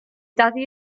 daddy